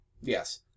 yes